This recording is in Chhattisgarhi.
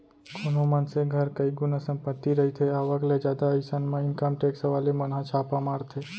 कोनो मनसे घर कई गुना संपत्ति रहिथे आवक ले जादा अइसन म इनकम टेक्स वाले मन ह छापा मारथे